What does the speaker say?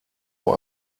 nur